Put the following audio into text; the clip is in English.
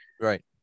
Right